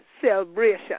celebration